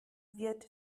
wird